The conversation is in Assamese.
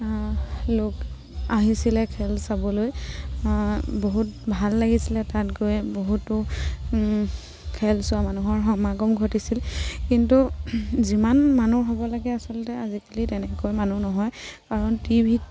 লোক আহিছিলে খেল চাবলৈ বহুত ভাল লাগিছিলে তাত গৈ বহুতো খেল চোৱা মানুহৰ সমাগম ঘটিছিল কিন্তু যিমান মানুহ হ'ব লাগে আচলতে আজিকালি তেনেকৈ মানুহ নহয় কাৰণ টিভিত